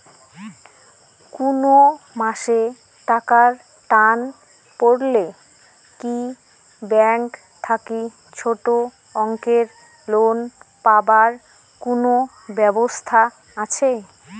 কুনো মাসে টাকার টান পড়লে কি ব্যাংক থাকি ছোটো অঙ্কের লোন পাবার কুনো ব্যাবস্থা আছে?